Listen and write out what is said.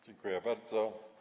Dziękuję bardzo.